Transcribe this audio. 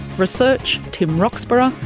research tim roxburgh,